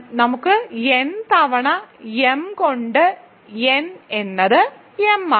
നമുക്ക് n തവണ m കൊണ്ട് n എന്നത് m ആണ്